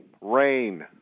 Rain